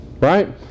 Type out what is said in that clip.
right